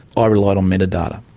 ah i relied on metadata.